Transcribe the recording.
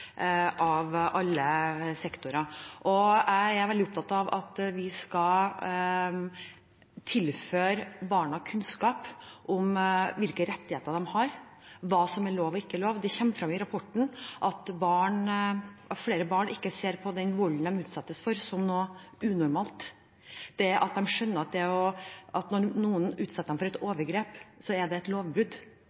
av alle sektorer. Jeg er veldig opptatt av at vi skal tilføre barna kunnskap om hvilke rettigheter de har, hva som er lov og ikke lov. Det kommer frem i rapporten at flere barn ikke ser på den volden de utsettes for, som noe unormalt. De må skjønne at når noen utsetter dem for overgrep, er det et lovbrudd.